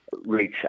reach